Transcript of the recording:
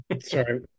Sorry